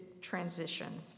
transition